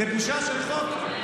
זו בושה של חוק,